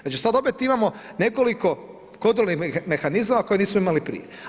Znači sada opet imamo nekoliko kontrolnih mehanizama koje nismo imali prije.